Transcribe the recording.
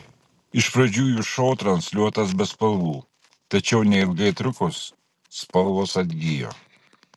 iš pradžių jų šou transliuotas be spalvų tačiau neilgai trukus spalvos atgijo